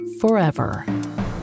forever